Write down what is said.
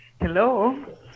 hello